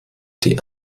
die